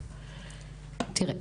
תראה,